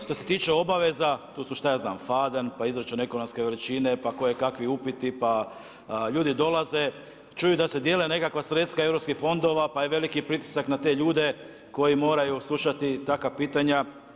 Što se tiče obaveza, tu su šta ja znam faden, pa izračun ekonomske veličine, pa kojekakvi upiti, pa ljudi dolaze čuju da se dijele nekakva sredstva europskih fondova pa je veliki pritisak na te ljude koji moraju slušati takva pitanja.